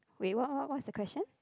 wait what what what's the question